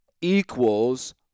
equals